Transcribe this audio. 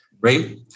Right